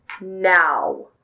now